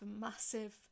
massive